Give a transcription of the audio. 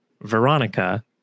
Veronica